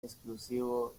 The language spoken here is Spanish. exclusivo